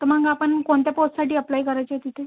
तर मग आपण कोणत्या पोस्टसाठी अप्लाय करायचे आहे तिथे